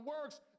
works